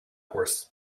horse